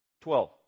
Twelve